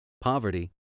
poverty